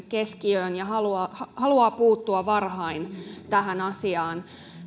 keskiöön ja haluaa haluaa puuttua varhain tähän asiaan